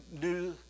new